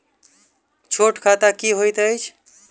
छोट खाता की होइत अछि